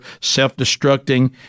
self-destructing